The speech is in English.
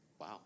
Wow